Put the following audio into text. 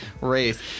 race